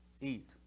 eat